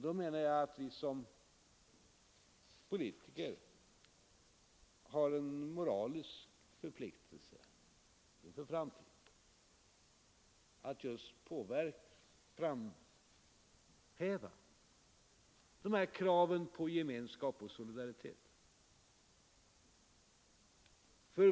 Då menar jag att vi som politiker har en moralisk förpliktelse för framtiden att just framhäva dessa krav på gemenskap och solidaritet.